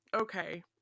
okay